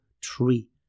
tree